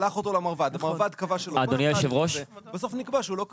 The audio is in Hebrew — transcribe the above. שלח אותו למרב"ד והמרב"ד קבע שהוא לא כשיר.